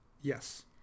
Yes